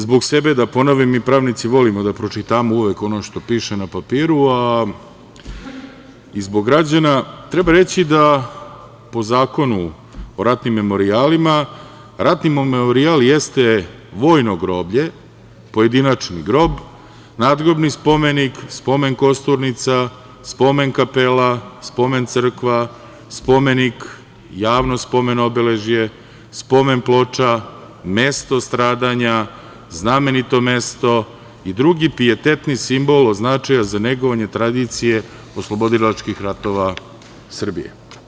Zbog sebe da ponovim, mi pravnici volimo da pročitamo uvek ono što piše na papiru, a i zbog građana, treba reći da po Zakonu o ratnim memorijalima – ratnim memorijal jeste vojno groblje, pojedinačni grob, nadgrobni spomenik, spomen kosturnica, spomen kapela, spomen crkva, spomenik, javno spomen obeležje, spomen ploča, mesto stradanja, znamenito mesto i drugi pietetni simbol od značaja za negovanje tradicije oslobodilačkih ratova Srbije.